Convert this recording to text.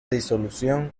disolución